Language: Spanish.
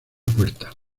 puerta